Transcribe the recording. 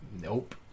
Nope